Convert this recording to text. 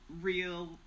real